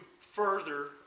further